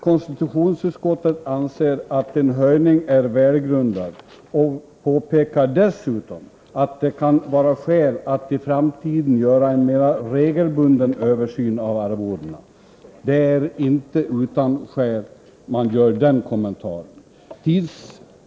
Konstitutionsutskottet anser att en höjning är välgrundad och påpekar dessutom att det kan vara skäl att i framtiden göra en mera regelbunden översyn av arvodena. Det är inte utan skäl man gör den kommentaren.